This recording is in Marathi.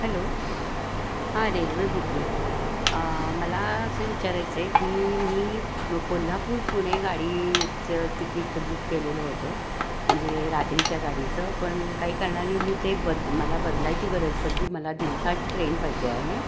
हॅलो हां रेल्वे बुकिंग मला असं विचारायचं आहे की मी कोल्हापूर पुणे गाडीचं तिकीट बुक केलेलं होतं म्हणजे रात्रीच्या गाडीचं पण काही कारणाने मी ते बद मला बदलायची गरज पडली मला दिवसाची ट्रेन पाहिजे आहे